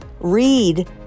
read